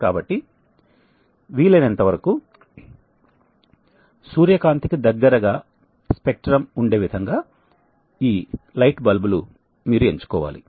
కాబట్టి వీలైనంతవరకు సూర్యకాంతికి దగ్గరగా స్పెక్ట్రం ఉండే విధంగా ఈ లైట్ బల్బులు మీరు ఎంచుకోవాలి